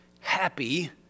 happy